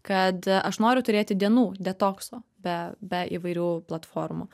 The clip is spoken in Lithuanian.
kad aš noriu turėti dienų detokso be be įvairių platformų